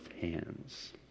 hands